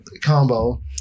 Combo